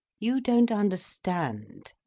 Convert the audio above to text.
you don't understand.